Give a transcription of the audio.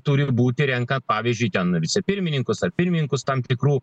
turi būti renkant pavyzdžiui ten vicepirmininkus ar pirmininkus tam tikrų